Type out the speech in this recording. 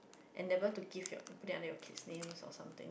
and never to give your put them under your kids name or something